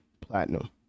platinum